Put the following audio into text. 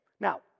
Now